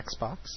Xbox